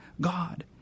God